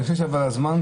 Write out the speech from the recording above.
אני חושב שכבר עבר הזמן,